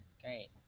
Great